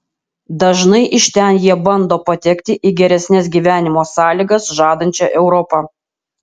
dažnai iš ten jie bando patekti į geresnes gyvenimo sąlygas žadančią europą